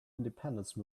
independence